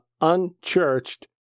unchurched